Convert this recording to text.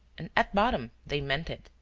and at bottom they meant it.